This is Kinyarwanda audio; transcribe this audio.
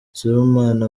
sibomana